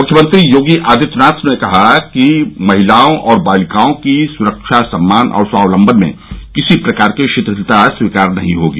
मुख्यमंत्री योगी आदित्यनाथ ने कहा कि महिलाओं और बालिकाओं की सुरक्षा सम्मान और स्वावलम्बन में किसी प्रकार की शिथिलता स्वीकार नहीं होगी